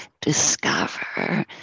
discover